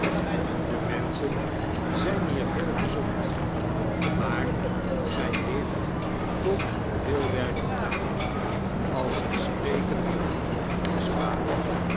de menschen zijn hier heel gezond maar zij heeft toch al veel werk gedaan als zij spreken kon die spa